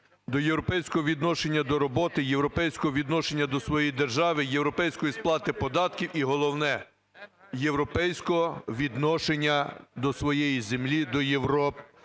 до європейського відношення до роботи, європейського відношення до своєї держави, європейської сплати податків, і головне – європейського відношення до своєї землі, до Європи…